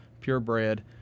purebred